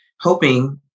hoping